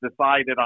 decided